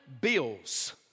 bills